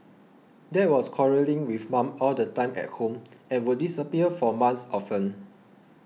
dad was quarrelling with mum all the time at home and would disappear for months often